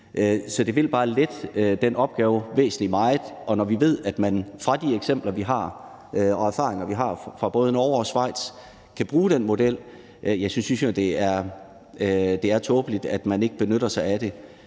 Så det vil bare lette den opgave væsentligt, og når vi fra de eksempler og erfaringer, vi har fra både Norge og Schweiz, ved, at vi kan bruge den model, så synes jeg jo, at det er tåbeligt, at vi ikke benytter os af det.